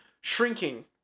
shrinking